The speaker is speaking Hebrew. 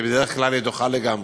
כי בדרך כלל היא דוחה לגמרי.